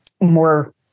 more